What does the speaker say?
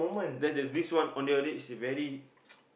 then there's this one Ondeh-Ondeh it's very